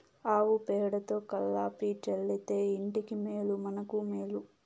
ఆవు పేడతో కళ్లాపి చల్లితే ఇంటికి మేలు మనకు మేలు